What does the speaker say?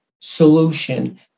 solution